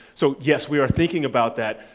so yes, we are thinking about that.